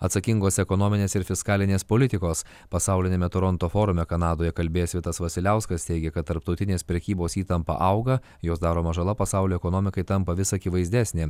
atsakingos ekonominės ir fiskalinės politikos pasauliniame toronto forume kanadoje kalbėjęs vitas vasiliauskas teigė kad tarptautinės prekybos įtampa auga jos daroma žala pasaulio ekonomikai tampa vis akivaizdesnė